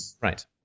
right